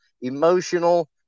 emotional